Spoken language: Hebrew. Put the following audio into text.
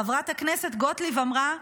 חברת הכנסת גוטליב אמרה: